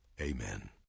Amen